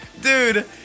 Dude